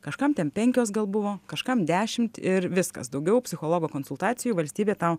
kažkam ten penkios gal buvo kažkam dešimt ir viskas daugiau psichologo konsultacijų valstybė tau